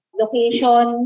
location